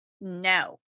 no